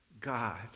God